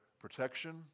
protection